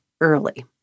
early